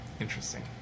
interesting